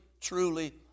truly